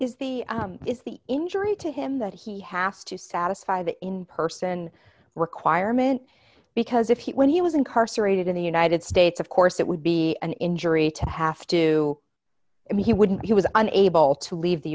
is the it's the injury to him that he has to satisfy the in person requirement because if he when he was incarcerated in the united states of course that would be an injury to have to do and he wouldn't he was unable to leave the